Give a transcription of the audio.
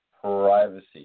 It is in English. privacy